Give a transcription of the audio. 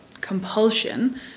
compulsion